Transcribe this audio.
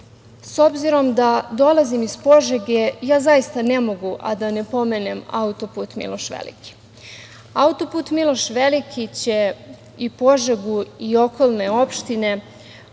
obzirom da dolazim iz Požege, zaista ne mogu a da ne pomenem auto-put Miloš Veliki. Autoput Miloš Veliki će od Požege i okolnih opština stvoriti